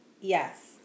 yes